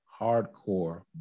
hardcore